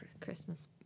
Christmas